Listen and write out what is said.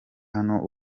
hano